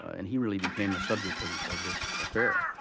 and he really became a subject of of this affair.